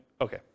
Okay